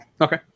Okay